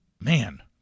man